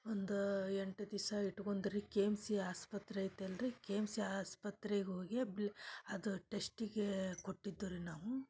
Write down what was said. ಒಂದು ಎಂಟು ದಿವಸ ಇಟ್ಕೊಂದ್ರಿ ಕೆ ಎಮ್ ಸಿ ಆಸ್ಪತ್ರೆ ಐತಲ್ರೀ ಕೆ ಎಮ್ ಸಿ ಆಸ್ಪತ್ರೆಗೆ ಹೋಗಿ ಬ್ಲ ಅದು ಟೆಸ್ಟಿಗೆ ಕೊಟ್ಟಿದ್ದು ರೀ ನಾವು